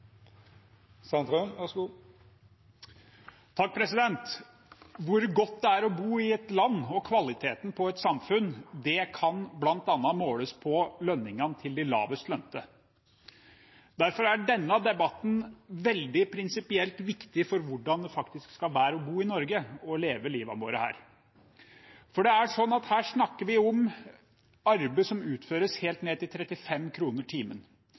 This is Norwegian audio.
Hvor godt det er å bo i et land, og kvaliteten på et samfunn, kan bl.a. måles på lønningene til de lavest lønte. Derfor er denne debatten veldig prinsipielt viktig for hvordan det faktisk skal være å bo i Norge og leve livet vårt her. Her snakker vi om arbeid som utføres helt ned til 35 kr i timen.